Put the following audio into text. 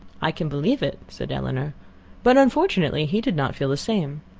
i can believe it, said elinor but unfortunately he did not feel the same.